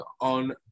on